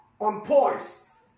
unpoised